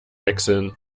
wechseln